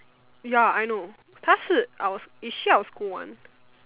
ya I know 她是 our is she our school one